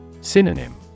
Synonym